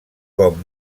com